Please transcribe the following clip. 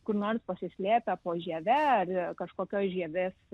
kur nors pasislėpę po žieve ar kažkokioj žievės